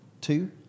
two